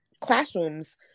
classrooms